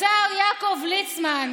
השר יעקב ליצמן.